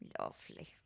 Lovely